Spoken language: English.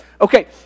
Okay